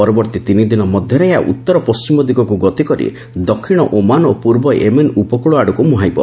ପରବର୍ତ୍ତୀ ତିନି ଦିନ ମଧ୍ୟରେ ଏହା ଉତ୍ତର ପଣ୍ଢିମ ଦିଗକୁ ଗତି କରି ଦକ୍ଷିଣ ଓମାନ ଓ ପୂର୍ବ ୟେମେନ ଉପକୂଳ ଆଡ଼େ ମୁହାଁଇବ